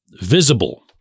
visible